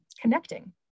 connecting